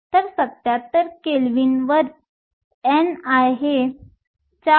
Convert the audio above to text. तर 77 केल्विन वर ni 4